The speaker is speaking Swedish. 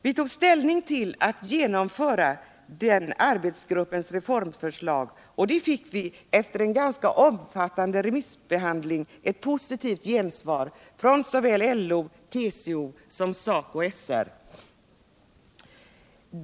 Vi tog ställning ull förslaget att genomföra den då aktuella arbetsgruppens reformförslag, och vi fick efter en ganska omfattande remissbehandling ett positivt gensvar från såväl LO och TCO som SACO/SR.